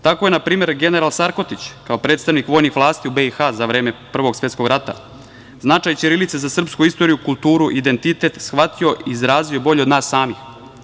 Tako je na primer general Sarkotić kao predstavnik vojnih vlasti u BiH za vreme Prvog svetskog rata značaj ćirilice za srpsku istoriju, kulturu, identitet, shvatio i izrazio bolje od nas samih.